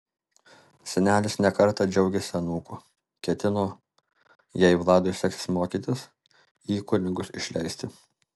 senelis ne kartą džiaugėsi anūku ketino jei vladui seksis mokytis į kunigus išleisti